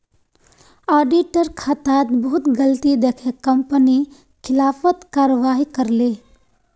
auditor खातात बहुत गलती दखे कंपनी खिलाफत कारवाही करले